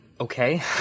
Okay